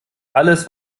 alles